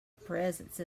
presence